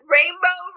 Rainbow